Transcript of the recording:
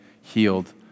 healed